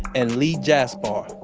and lee jaspar.